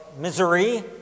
misery